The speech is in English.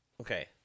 Okay